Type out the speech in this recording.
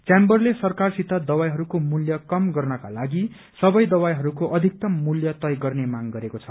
च्याम्बरले सरकारसित दवाईहरूको मूल्य कम गर्नका लागि सबै दवाईहरूको अधिक्तम मूल्य तय गर्ने माग गरेको छ